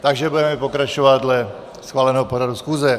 Takže budeme pokračovat dle schváleného pořadu schůze.